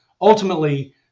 ultimately